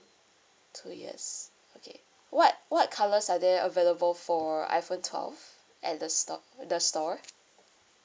two years okay what what colours are there available for iphone twelve at the stock the store